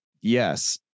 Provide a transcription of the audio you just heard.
yes